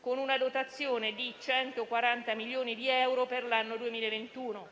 con una dotazione di 140 milioni di euro per l'anno 2021.